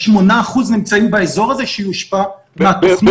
ה-8% נמצאים באזור הזה שיושפע מהתוכנית.